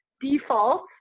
default